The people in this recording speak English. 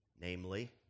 namely